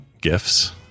gifts